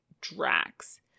Drax